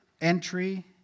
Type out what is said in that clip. entry